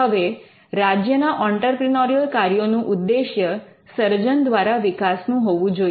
હવે રાજ્ય ના ઑંટરપ્રિનોરિયલ કાર્યોનું ઉદ્દેશ્ય સર્જન દ્વારા વિકાસનું હોવું જોઈએ